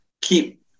keep